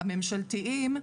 הממשלתיים,